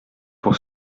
pour